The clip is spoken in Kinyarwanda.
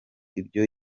ibyo